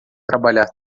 trabalhar